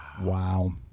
Wow